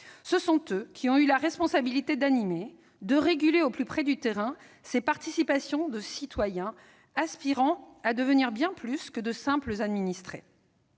Ce sont eux qui ont eu la responsabilité d'animer et de réguler au plus près du terrain ces participations de citoyens aspirant à devenir bien plus que de simples administrés-